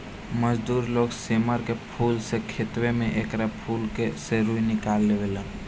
मजदूर लोग सेमर के फूल से खेतवे में एकरा फूल से रूई निकाल देवे लेन